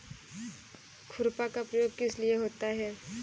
खुरपा का प्रयोग किस लिए होता है?